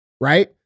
right